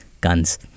guns